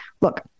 look